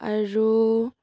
আৰু